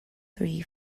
three